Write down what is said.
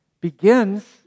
begins